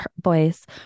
voice